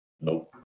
nope